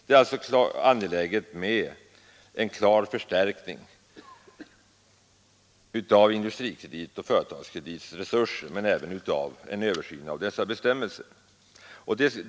Det är alltså angeläget med en klar förstärkning av Industrikredits och Företagskredits resurser, men även med en översyn av utlåningsbestämmelserna.